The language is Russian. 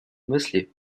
мысли